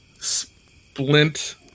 splint